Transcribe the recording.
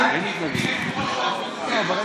חבר כנסת פרוש, באמת,